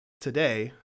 today